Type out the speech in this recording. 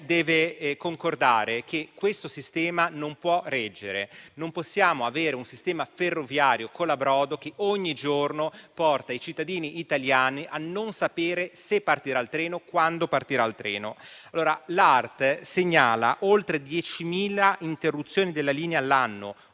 deve concordare che questo sistema non può reggere. Non possiamo avere un sistema ferroviario colabrodo, che ogni giorno porta i cittadini italiani a non sapere se e quando partirà il treno. L'Autorità di regolazione dei trasporti (ART) segnala oltre 10.000 interruzioni della linea all'anno,